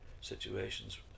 situations